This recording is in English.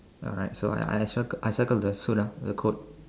alright so I I circle I circle the suit lah the coat